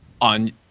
on